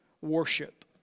worship